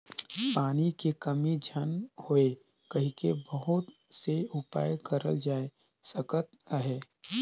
पानी के कमी झन होए कहिके बहुत से उपाय करल जाए सकत अहे